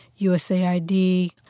USAID